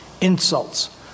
insults